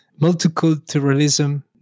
multiculturalism